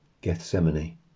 Gethsemane